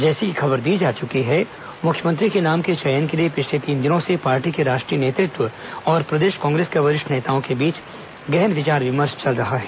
जैसी कि खबर दी जा चुकी है मुख्यमंत्री के नाम के चयन के लिए पिछले तीन दिनों से पार्टी के राष्ट्रीय नेतृत्व और प्रदेश कांग्रेस के वरिष्ठ नेताओं के बीच गहन विचार विमर्श चल रहा है